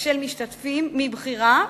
של משתתפים מבחירה,